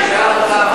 חבר הכנסת ג'מאל